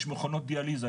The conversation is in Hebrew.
יש מכונות דיאליזה,